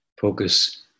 focus